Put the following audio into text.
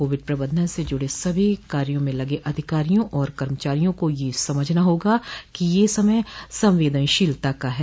Covid प्रबंधन से जुड़े सभी कार्यो में लगे अधिकारियों और कर्मचारियों को यह समझना होगा कि यह समय संवेदनशीलता का है